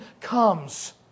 comes